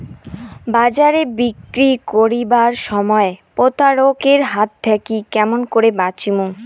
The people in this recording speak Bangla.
বাজারে বিক্রি করিবার সময় প্রতারক এর হাত থাকি কেমন করি বাঁচিমু?